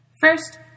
First